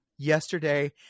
yesterday